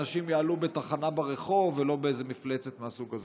אנשים יעלו בתחנה ברחוב ולא באיזו מפלצת מהסוג הזה.